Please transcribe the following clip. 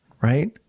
right